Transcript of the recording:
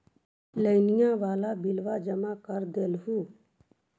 लोनिया वाला बिलवा जामा कर देलहो?